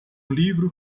livro